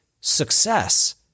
success